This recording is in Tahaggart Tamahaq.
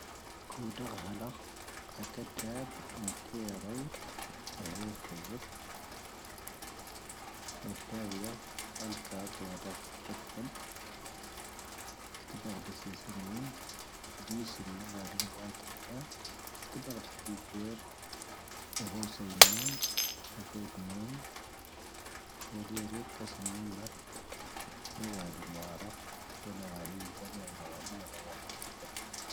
ⵇoⵓⴷⴰⵔ ⵀⴰⵍⴰⴽ ⴰ ⴽⴰⵜⴰⴱ ⴻⵏⵜⴻⴻⵔⴰⵡⴷ ⵜ'ⵀⴰ ⵀoⵙⴰⵢⵉⴷ. ⴻⴷⴷⴰⵡⵢⴰ ⴰⵍⴽⴰ ⵜ'ⵡⴰⴷⴰⵔⴷ ⴽⴰⵜⵉⵎ. ⴽⵜⵉⴱⴰⵔⴷⴰⵙⵉⵙⴰⵎⴻⴻⵏ. ⴷⵉⵙ ⵎⵏⵡⴰⴷⵓⵎⵡⴰⴷⵉⴽⴰ. ⴽⵜⵉⴱⴰⵔⴷⴰⵙ ⵜ'ⵉⴼⵉⵔ. o ⵀoⵙⴰⵢⵏⴻⴻⵏ. ⴰⵍⵣⴰⵢⴷⵏⴻⴻⵏ. ⴼⵓⵍⵉⵔⴻⵜ ⵜⴰⵙⴰⵏ ⵏⵎⵎⴻⵔ. ⵢⴰⵡⴰⴷⵓⵎⵡⴰⴷⴰⴽ. ⴼⵓⵍⴰⵡⴰⵀⵉ ⴳⵍⴰⵎⵉⵡ ⵎⵏⵡⴰⴷⵎⵡⴰⵀⵉⴼ.